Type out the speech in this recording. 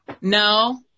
No